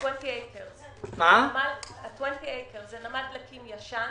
זה נמל דלקים ישן